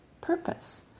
purpose